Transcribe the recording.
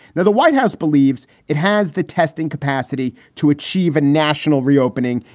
the the white house believes it has the testing capacity to achieve a national reopening,